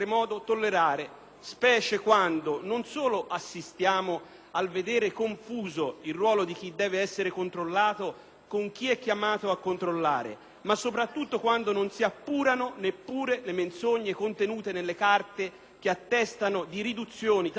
specie quando non solo vediamo confuso il ruolo di chi deve essere controllato con quello di chi e chiamato a controllare, ma soprattutto quando non si appurano nemmeno le menzogne contenute nelle carte che attestano di riduzioni tariffarie sui